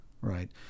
right